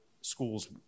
schools